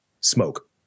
smoke